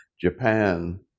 Japan